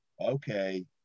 Okay